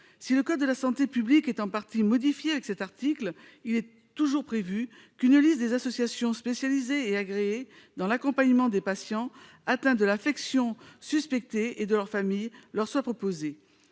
Si le code de la santé publique est en partie modifié par le présent article, il est toujours prévu qu'une liste des associations spécialisées et agréées dans l'accompagnement des patients atteints de l'affection suspectée et de leur famille est proposée